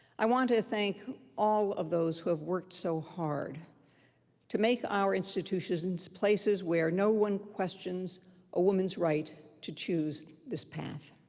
i want to to thank all of those who have worked so hard to make our institutions places where no one questions a woman's right to choose this path,